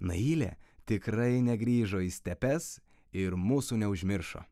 nailė tikrai negrįžo į stepes ir mūsų neužmiršo